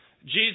Jesus